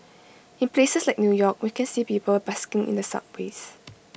in places like new york we can see people busking in the subways